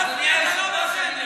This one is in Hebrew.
אדוני היושב-ראש,